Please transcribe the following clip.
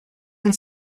and